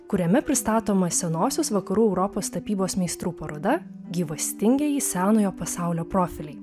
kuriame pristatoma senosios vakarų europos tapybos meistrų paroda gyvastingieji senojo pasaulio profiliai